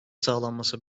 sağlanması